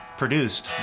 produced